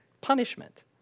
punishment